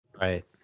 Right